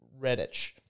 Redditch